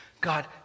God